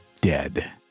dead